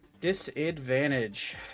Disadvantage